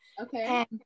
okay